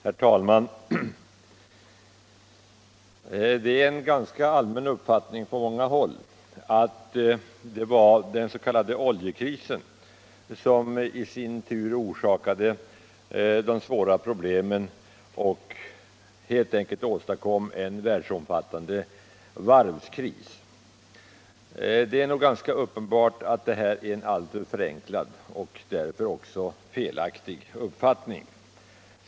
Herr talman! Det är en ganska allmän uppfattning att det var den s.k. oljekrisen som orsakade de svåra problemen för varven och helt enkelt åstadkom en världsomfattande varvskris. Det är nog ganska uppenbart att det är en alltför förenklad och därför också felaktig uppfattning.